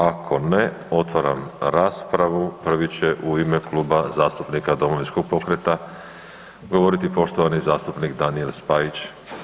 Ako ne otvaram raspravu, prvi će u ime Kluba zastupnika domovinskog pokreta govoriti poštovani zastupnik Danijel Spajić.